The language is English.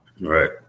right